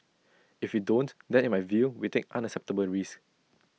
if we don't then in my view we take unacceptable risks